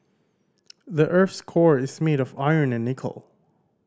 the earth's core is made of iron and nickel